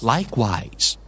Likewise